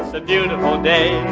a beautiful day.